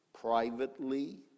privately